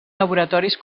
laboratoris